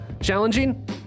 Challenging